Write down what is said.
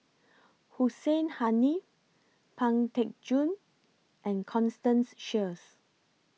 Hussein Haniff Pang Teck Joon and Constance Sheares